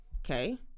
Okay